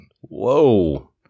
Whoa